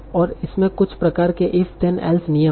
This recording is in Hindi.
और इसमें कुछ प्रकार के if then else नियम हैं